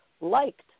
liked